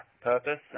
purpose